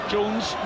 Jones